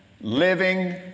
living